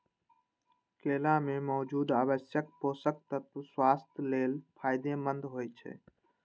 केला मे मौजूद आवश्यक पोषक तत्व स्वास्थ्य लेल फायदेमंद होइ छै